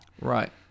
Right